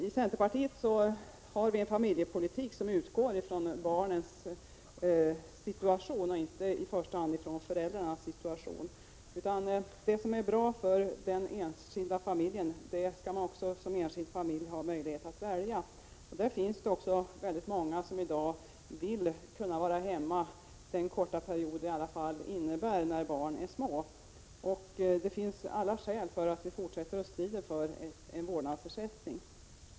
I centerpartiet förordar vi en familjepolitik, som utgår från barnens situation och inte i första hand från föräldrarnas situation. Det som är bra för den enskilda familjen skall man också som enskild familj ha möjlighet att välja. Och det är många som i dag vill kunna vara hemma den korta period — som det ändå innebär — när barnen är små. Det finns alla skäl för oss att fortsätta att strida för en vårdnadsersättning.